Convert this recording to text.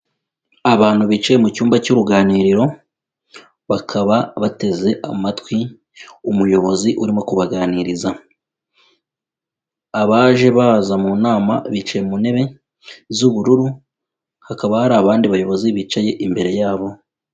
Abantu bicaye mu cyumba cy'uruganiriro, bakaba bateze amatwi umuyobozi urimo kubaganiriza. Abaje baza mu nama, bicaye mu ntebe z'ubururu, hakaba hari abandi bayobozi bicaye imbere yabo.